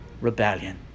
rebellion